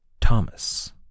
Thomas